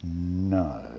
No